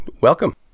welcome